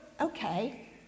okay